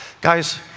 Guys